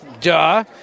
Duh